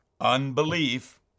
Unbelief